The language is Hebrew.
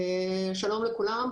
שלום לכולם.